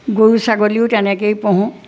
গৰু ছাগলীও তেনেকৈয়ে পোহোঁ